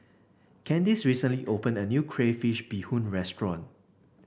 Candice recently opened a new Crayfish Beehoon Restaurant